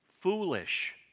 foolish